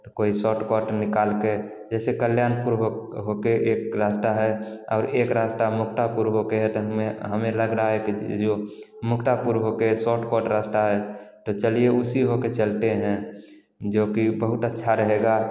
तो कोई short cut निकाल के जैसे कल्यानपुर हो होके एक रास्ता है और एक रास्ता मुक्तापुर होके है तो हमें हमें लग रहा है कि जो मुक्तापुर होके सॉट कट रास्ता है तो चलिए उसी होके चलते हैं जोकि बहुत अच्छा रहेगा